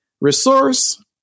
resource